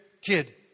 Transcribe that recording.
kid